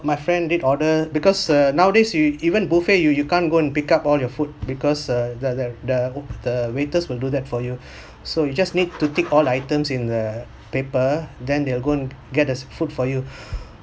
my friend did order because err nowadays you even buffet you you can't go and pick up all your food because uh the the the the waiters will do that for you so you just need to tick all items in a paper then they're gonna get as food for you